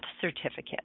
certificate